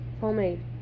homemade